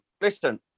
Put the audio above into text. listen